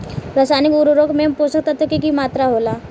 रसायनिक उर्वरक में पोषक तत्व के की मात्रा होला?